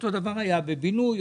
בבינוי,